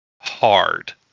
hard